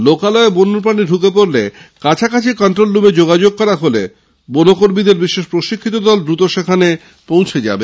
লোকালয় বন্যপ্রানী ঢুকে পড়লে কাছাকাছি কট্রোল রুমে যোগাযোগ করলে বনকর্মীদের বিশেষ প্রশিক্ষিত দল দ্রুত সেখানে পৌঁছে যাবে